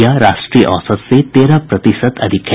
यह राष्ट्रीय औसत से तेरह प्रतिशत ज्यादा है